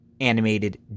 animated